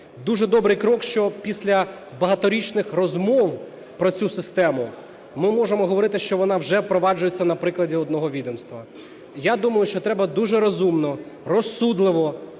Дуже добрий крок, що після багаторічних розмов про цю систему ми можемо говорити, що вона вже впроваджується на прикладі одного відомства. Я думаю, що треба дуже розумно, розсудливо